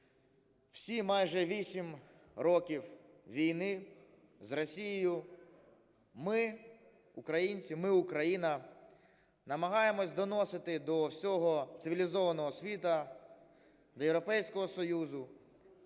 всі майже вісім років війни з Росією ми, українці, ми, Україна, намагаємось доносити до всього цивілізованого світу, до Європейського Союзу,